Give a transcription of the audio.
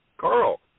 Carl